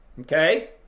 Okay